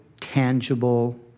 tangible